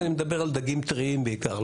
אני מדבר על דגים טריים בעיקר,